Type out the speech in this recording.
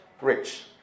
rich